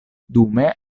dume